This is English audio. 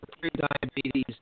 pre-diabetes